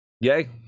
Yay